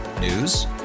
News